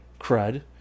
crud